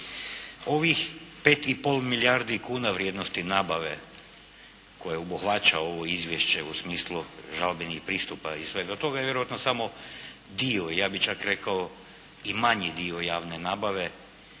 Ovih 5,5 milijardi kuna vrijednosti nabave koje obuhvaća ovo izvješće u smislu žalbenih pristupa i svega toga je vjerojatno samo dio, ja bih čak rekao i manji dio javne nabave